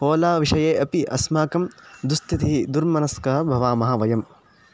ओला विषये अपि अस्माकं दुःस्थिति दुर्मनस्कः भवामः वयम्